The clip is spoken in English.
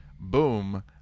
boom